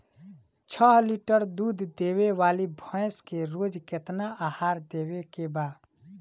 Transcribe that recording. छह लीटर दूध देवे वाली भैंस के रोज केतना आहार देवे के बा?